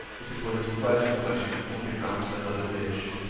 if it were his pleasure that i should pour him out another dish?